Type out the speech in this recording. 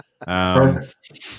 Perfect